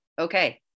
Okay